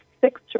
six